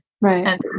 Right